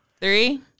Three